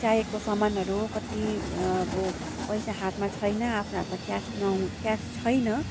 चाहेको सामानहरू कति अब पैसा हातमा छैन आफ्नो हातमा क्यास नहुँ क्यास छैन